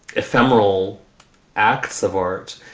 ephemeral acts of art,